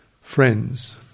friends